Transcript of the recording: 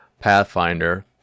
Pathfinder